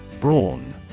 Brawn